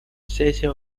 сессия